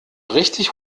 richtig